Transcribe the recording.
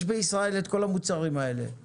המוצר לצורך העניין במסלול שעוד מעט נדבר עליו,